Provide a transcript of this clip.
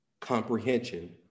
comprehension